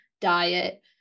diet